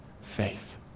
faith